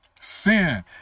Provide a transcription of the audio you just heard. sin